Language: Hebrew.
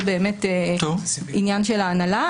זה עניין של ההנהלה.